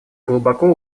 глубоко